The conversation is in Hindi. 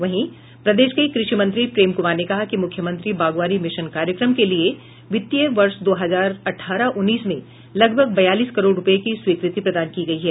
वहीं प्रदेश के कुषि मंत्री प्रेम कमार ने कहा कि मुख्यमंत्री बागवानी मिशन कार्यक्रम के लिए वित्तीय वर्ष दो हजार अठारह उन्नीस में लगभग बयालीस करोड रूपये की स्वीकृति प्रदान की गई है